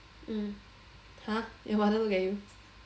mm !huh! your mother look at you